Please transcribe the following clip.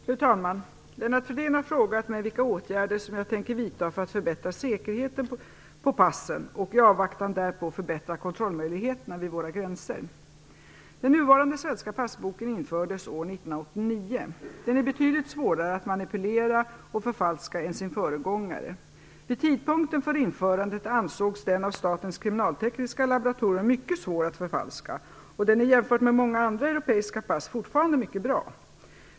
Fru talman! Lennart Fridén har frågat mig vilka åtgärder jag tänker vidta för att förbättra säkerheten på passen och i avvaktan därpå förbättra kontrollmöjligheterna vid våra gränser. Den nuvarande svenska passboken infördes år 1989. Den är betydligt svårare att manipulera och förfalska än sin föregångare. Vid tidpunkten för införandet ansågs den av Statens kriminaltekniska laboratorium mycket svår att förfalska, och den är jämfört med många andra europeiska pass fortfarande mycket bra.